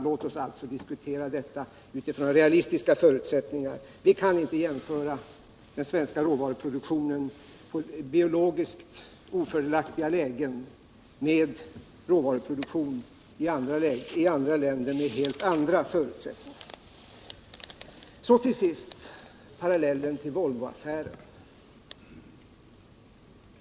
Låt oss alltså diskutera detta utifrån realistiska förutsättningar. Vi kan inte jämföra den svenska råvaruproduktionen, med sina biologiskt ofördelaktiga förutsättningar, med råvaruproduktionen i länder med helt andra förutsättningar. Till sist några ord om parallellen med Volvoaffären.